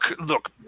look